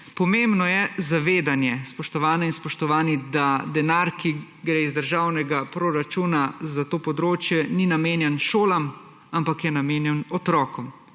Pomembno je zavedanje, spoštovane in spoštovani, da denar, ki gre iz državnega proračuna za to področje, ni namenjen šolam, ampak je namenjen otrokom,